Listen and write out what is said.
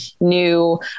new